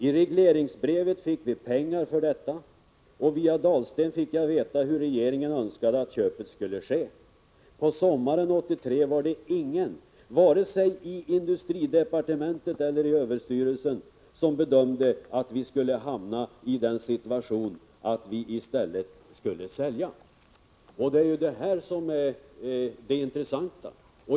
I regleringsbrevet fick vi pengar för detta, och via Dahlsten fick jag veta hur regeringen önskade att köpet skulle ske. På sommaren 1983 var det ingen, vare sig i industridepartementet eller i överstyrelsen, som bedömde att vi skulle hamna i den situationen att vi i stället skulle sälja.” Detta är ju det intressanta.